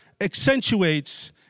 accentuates